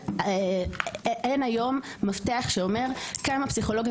אין היום מפתח שאומר כמה פסיכולוגים